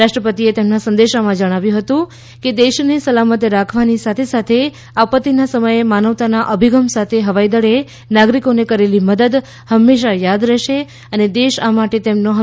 રાષ્ટ્રપતિએ તેમના સંદેશામાં જણાવ્યું છે કે દેશને સલામત રાખવાની સાથે સાથે આપત્તિના સમયે માનવતાના અભિગમ સાથે હવાઈ દળે નાગરિકોને કરેલી મદદ હંમેશા યાદ રહેશે અને દેશ આ માટે તેમનો ઋણી છે